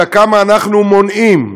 אלא כמה אנחנו מונעים.